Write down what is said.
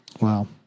Wow